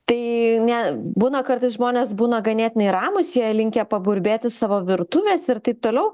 tai ne būna kartais žmonės būna ganėtinai ramūs jie linkę paburbėti savo virtuvės ir taip toliau